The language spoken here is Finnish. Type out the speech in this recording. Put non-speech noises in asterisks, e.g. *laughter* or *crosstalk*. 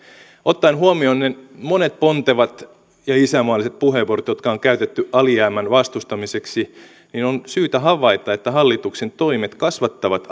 ottaen huomioon ne monet pontevat ja isänmaalliset puheenvuorot jotka on käytetty alijäämän vastustamiseksi on syytä havaita että hallituksen toimet kasvattavat *unintelligible*